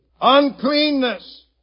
uncleanness